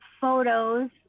photos